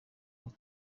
ngo